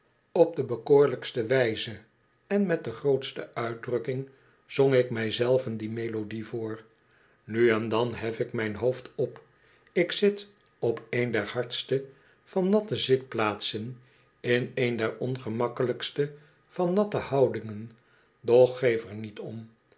op de bekoorlijkste wijze en met de grootste uitdrukkingzong ik mij zelvon die melodie voor nu en dan hef ik mijn hoofd op ik zit op een der hardste van natte zitplaatsen in een der ongemakkelijkste van natte houdingen doch geef er niet om